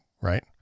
right